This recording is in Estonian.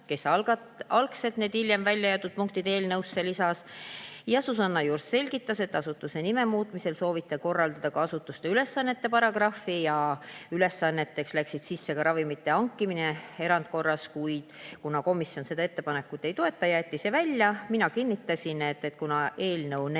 kes algselt need hiljem väljajäetud punktid eelnõusse lisas. Susanna Jurs selgitas, et asutuse nime muutmise tõttu sooviti korrastada ka asutuse ülesannete paragrahvi ja ülesandena oleks sisse läinud ravimite hankimine erandkorras, kuid kuna komisjon seda ettepanekut ei toetanud, jäeti see välja. Mina kinnitasin, et kuna eelnõu muutmise